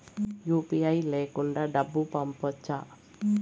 UPI లేకుండా డబ్బు పంపొచ్చా